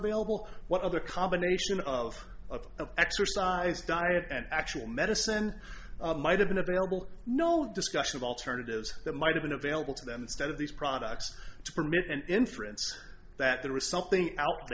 available what other combination of of exercise diet and actual medicine might have been available no discussion of alternatives that might have been available to them instead of these products to permit an inference that there was something out